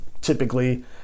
typically